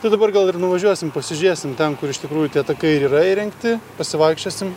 tai dabar gal ir nuvažiuosim pasižiūrėsim ten kur iš tikrųjų tie takai ir yra įrengti pasivaikščiosim